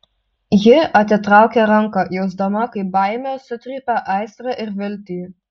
ji atitraukė ranką jausdama kaip baimė sutrypia aistrą ir viltį